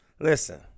listen